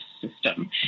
system